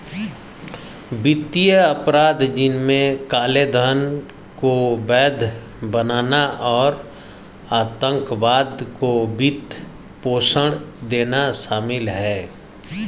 वित्तीय अपराध, जिनमें काले धन को वैध बनाना और आतंकवाद को वित्त पोषण देना शामिल है